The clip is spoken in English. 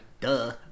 Duh